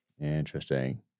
Interesting